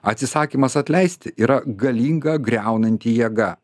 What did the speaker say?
atsisakymas atleisti yra galinga griaunanti jėga